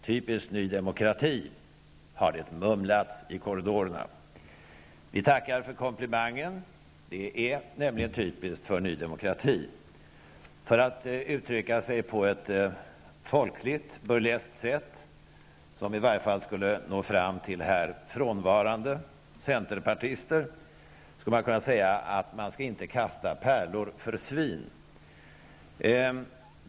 Typiskt Ny Demokrati, har det mumlats i korridorerna. Vi tackar för komplimangen. Det är nämligen typiskt för Ny Demokrati. För att uttrycka sig på ett folkligt, burleskt sätt, som i varje fall skulle nå fram till frånvarande centerpartister, skulle man kunna säga att man inte skall kasta pärlor för svin.